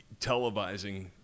televising